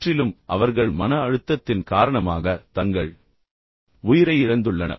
முற்றிலும் அவர்கள் மன அழுத்தத்தின் காரணமாக தங்கள் உயிரை இழந்துள்ளனர்